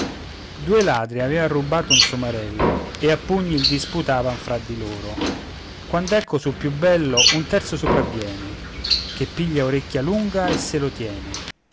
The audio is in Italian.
due ladri avean rubato un somarello e a pugni il disputavan fra di loro quand'ecco sul più bello un terzo sopraviene che piglia orecchialunga e se lo tiene